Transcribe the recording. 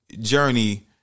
Journey